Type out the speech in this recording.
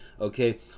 okay